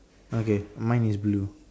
okay mine is blue